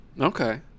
Okay